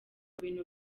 bintu